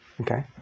Okay